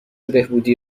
بهبودی